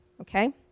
Okay